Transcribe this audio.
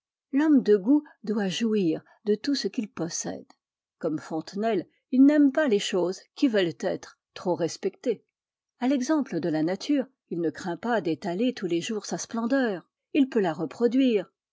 l'homme de goût doit jouir de tout ce qu'il possède comme fontenelle il n'aime pas les choses qui veulent être trop respectées a l'exemple de la nature il ne craint pas d'étaler tous les jours sa splendeur il peut la reproduire